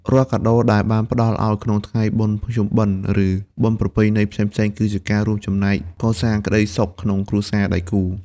រាល់កាដូដែលបានផ្ដល់ឱ្យក្នុងថ្ងៃបុណ្យភ្ជុំបិណ្ឌ ឬបុណ្យប្រពៃណីផ្សេងៗ គឺជាការរួមចំណែកកសាងក្ដីសុខក្នុងគ្រួសារដៃគូ។